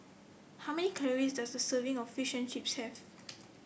how many calories does a serving of Fish and Chips have